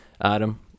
adam